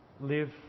live